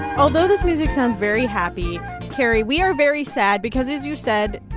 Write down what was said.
although this music sounds very happy carrie, we are very sad because, as you said,